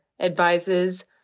advises